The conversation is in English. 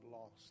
Lost